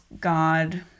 God